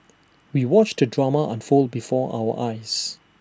we watched the drama unfold before our eyes